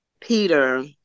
Peter